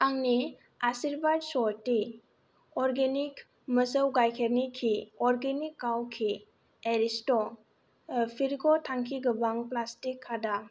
आंनि आशिर्बाद स्वति अर्गेनिक मोसौ गाइखेरनि घी अर्गेनिक काउ घी एरिस्ट' भिरग' थांखिगोबां प्लास्टिक खादा